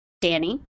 Danny